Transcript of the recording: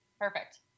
Perfect